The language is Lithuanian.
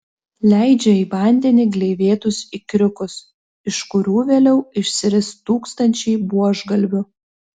leidžia į vandenį gleivėtus ikriukus iš kurių vėliau išsiris tūkstančiai buožgalvių